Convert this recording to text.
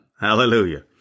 Hallelujah